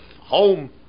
home